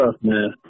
man